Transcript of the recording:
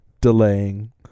Delaying